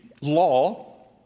law